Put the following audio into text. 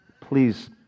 Please